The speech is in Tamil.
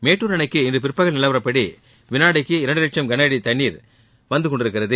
மேட்டுர் அணைக்கு இன்று பிற்பகல் நிலவரப்படி விளாடிக்கு இரண்டு வட்சம் கன அடி வீதம் தண்ணீர் வந்து கொண்டிருக்கிறது